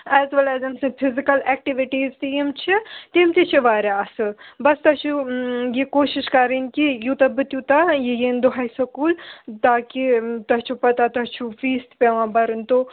as well as أمۍ سٕنٛز physical activities تہِ یِم چھِ تِم تہِ چھِ واریاہ اَصٕل بَس تۄہہِ چھُو یہِ کوٗشِش کَرٕنۍ کہِ یوٗتاہ بہٕ تیوٗتاہ یہِ یِیِن دۄہَے سکول تاکہِ تۄہہِ چھُ پَتہ تۄہہِ چھُو فیٖس تہِ پٮ۪وان بَرُن تو